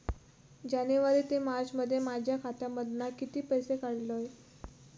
जानेवारी ते मार्चमध्ये माझ्या खात्यामधना किती पैसे काढलय?